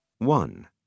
One